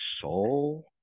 soul